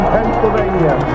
Pennsylvania